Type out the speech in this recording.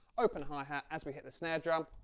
open hi-hat as we hit the snare drum,